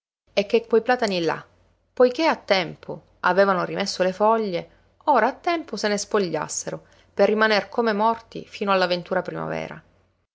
e che quei platani là poiché a tempo avevano rimesso le foglie ora a tempo se ne spogliassero per rimaner come morti fino alla ventura primavera